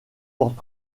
portent